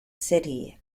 city